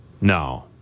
no